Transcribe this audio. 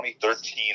2013